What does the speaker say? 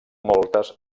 moltes